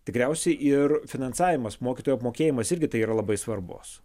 tikriausiai ir finansavimas mokytojų apmokėjimas irgi tai yra labai svarbus